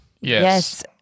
Yes